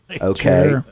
Okay